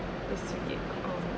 it's okay um